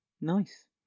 Nice